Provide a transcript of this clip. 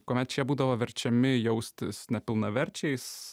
kuomet šie būdavo verčiami jaustis nepilnaverčiais